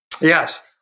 Yes